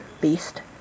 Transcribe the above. beast